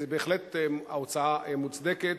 בהחלט ההוצאה מוצדקת,